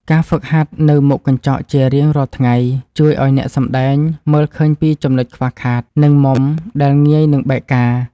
ការហ្វឹកហាត់នៅមុខកញ្ចក់ជារៀងរាល់ថ្ងៃជួយឱ្យអ្នកសម្តែងមើលឃើញពីចំណុចខ្វះខាត និង មុំដែលងាយនឹងបែកការណ៍។